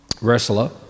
wrestler